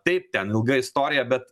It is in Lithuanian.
taip ten ilga istorija bet